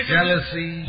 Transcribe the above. jealousy